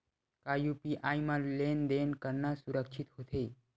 का यू.पी.आई म लेन देन करना सुरक्षित होथे?